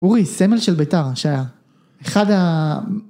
‫אורי, סמל של ביתר שהיה ‫אחד ה...